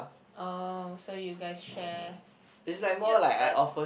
oh so you guys share is your so